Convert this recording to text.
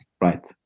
Right